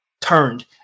turned